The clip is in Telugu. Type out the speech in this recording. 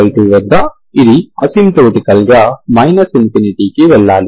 3π2 వద్ద అది అసిమ్ప్టోటికల్గా ∞ కి వెళ్లాలి